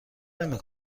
نمی